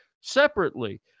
separately